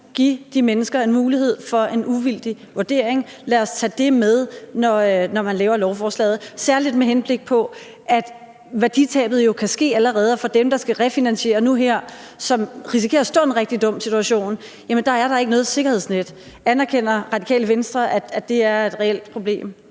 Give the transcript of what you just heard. give de mennesker en mulighed for en uvildig vurdering; lad os tage det med, når man laver lovforslaget, særlig med henblik på, at værditabet jo allerede kan ske, og at der for dem, der skal refinansiere nu her, og som risikerer at stå i en rigtig dum situation, ikke er noget sikkerhedsnet. Anerkender Radikale Venstre, at det er et reelt problem?